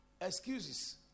excuses